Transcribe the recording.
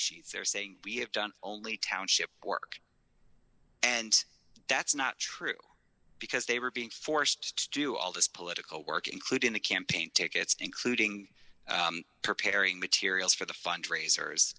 nts there saying we have done only township work and that's not true because they were being forced to do all this political work including the campaign tickets including preparing materials for the fundraisers